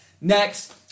Next